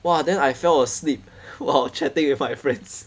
!wah! then I fell asleep while chatting with my friends